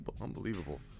unbelievable